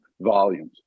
volumes